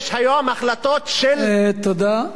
יש היום החלטות של, תודה.